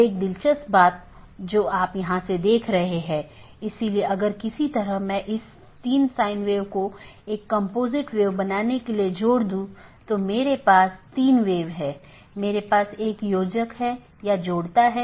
इसलिए पड़ोसियों की एक जोड़ी अलग अलग दिनों में आम तौर पर सीधे साझा किए गए नेटवर्क को सूचना सीधे साझा करती है